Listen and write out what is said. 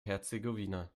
herzegowina